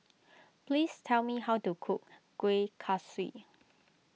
please tell me how to cook Kuih Kaswi